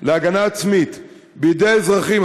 להגנה עצמית בידי האזרחים,